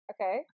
okay